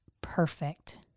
perfect